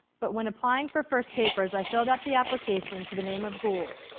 but when applying for first papers i filled out the application to the name of gould.